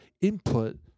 input